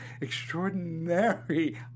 extraordinary